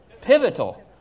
Pivotal